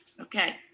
Okay